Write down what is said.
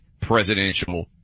presidential